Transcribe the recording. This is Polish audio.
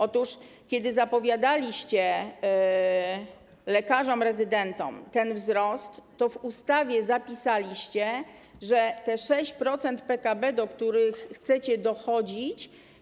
Otóż kiedy zapowiadaliście lekarzom rezydentom ten wzrost, to w ustawie zapisaliście 6% PKB, do których chcecie dochodzić.